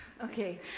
Okay